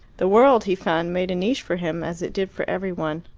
the world, he found, made a niche for him as it did for every one.